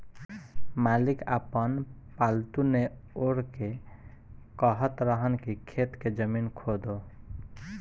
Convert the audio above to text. मालिक आपन पालतु नेओर के कहत रहन की खेत के जमीन खोदो